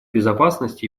безопасности